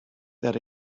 that